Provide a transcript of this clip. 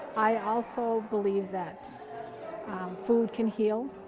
i also believe that food can heal.